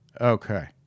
Okay